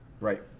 Right